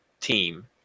team